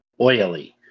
oily